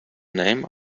name